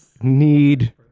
need